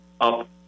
up